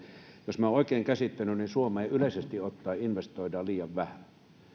jos olen oikein käsittänyt niin suomeen yleisesti ottaen investoidaan liian vähän